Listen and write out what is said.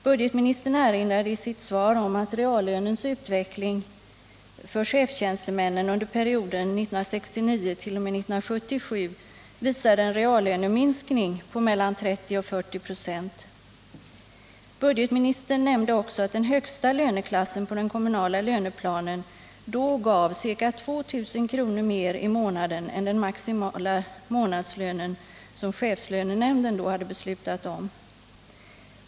Budgetministern erinrade i sitt svar om att reallönens utveckling för chefstjänstemännen under perioden 1969-1977 visade en reallöneminskning på mellan 30 och 40 96. Budgetministern nämnde också att den högsta löneklassen på den kommunala löneplanen då gav ca 2 000 kr. mer i månaden än den maximala månadslönen som chefslönenämnden då hade beslutat om.